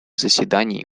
заседаний